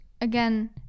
again